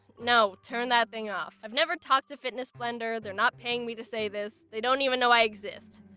no. turn that thing off. i've never talked to fitness blender, they're not paying me to say this, they don't even know i exist.